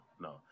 no